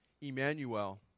Emmanuel